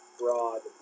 broad